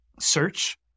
search